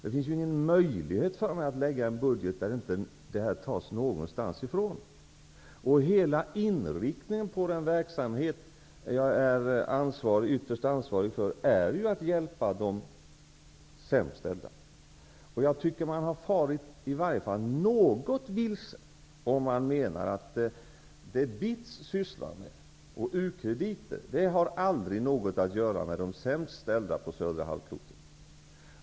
Det finns ingen möjlighet för mig att lägga fram en budget där man inte någonstans gör neddragningar för att klara detta. Hela inriktningen på den verksamhet som jag är ytterst ansvarig för är ju att hjälpa de sämst ställda. Jag tycker att man har farit åtminstone något vilse, om man menar att det som BITS sysslar med och u-krediter aldrig har att göra något med de sämst ställda på södra halvklotet.